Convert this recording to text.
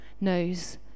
knows